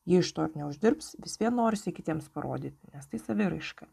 jei iš to ir neuždirbs vis vien norisi kitiems parodyti nes tai saviraiška